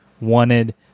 wanted